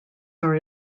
are